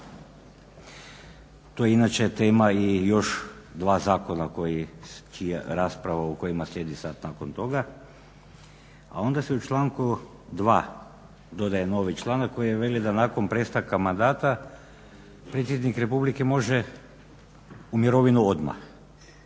To je inače tema i još 2 zakona čija rasprava o kojima slijedi sad nakon toga. A onda se u članku 2. dodaje novi članak koji veli da nakon prestanka mandata Predsjednik Republike može u mirovinu odmah.